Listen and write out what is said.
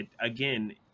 Again